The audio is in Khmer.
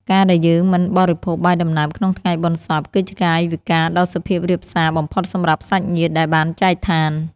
ការណ៍ដែលយើងមិនបរិភោគបាយដំណើបក្នុងថ្ងៃបុណ្យសព គឺជាកាយវិការដ៏សុភាពរាបសារបំផុតសម្រាប់សាច់ញាតិដែលបានចែកឋាន។